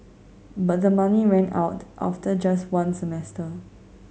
but the money ran out after just one semester